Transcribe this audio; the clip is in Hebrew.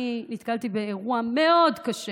אני נתקלתי באירוע קשה